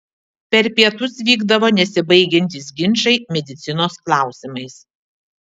per pietus vykdavo nesibaigiantys ginčai medicinos klausimais